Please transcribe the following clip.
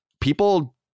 people